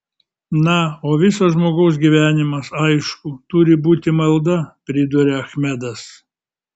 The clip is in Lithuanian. na o visas žmogaus gyvenimas aišku turi būti malda priduria achmedas